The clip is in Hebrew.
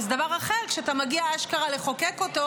וזה דבר אחר שאתה מגיע אשכרה לחוקק אותו,